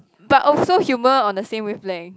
but also humour on the same wavelength